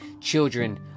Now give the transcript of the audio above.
children